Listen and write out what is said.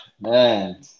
man